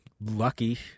lucky